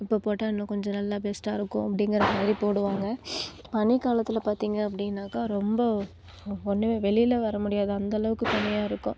இப்போ போட்டால் இன்னும் கொஞ்சம் நல்லா பெஸ்ட்டாக இருக்கும் அப்படிங்கிற மாதிரி போடுவாங்க பனி காலத்தில் பார்த்தீங்க அப்படின்னாக்கா ரொம்ப ஒன்றுமே வெளியில் வர முடியாது அந்தளவுக்கு பனியாக இருக்கும்